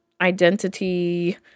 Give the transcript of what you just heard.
identity